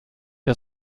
der